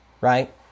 right